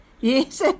yes